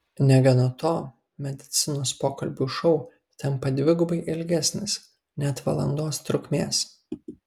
negana to medicinos pokalbių šou tampa dvigubai ilgesnis net valandos trukmės